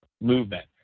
movement